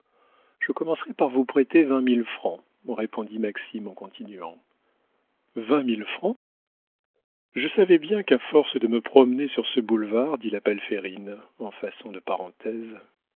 je commencerai par vous prêter vingt mille francs répondit maxime en continuant vingt mille francs je savais bien qu'à force de me promener sur ce boulevard dit la palférine en façon de parenthèse